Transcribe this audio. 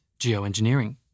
Geoengineering